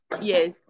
yes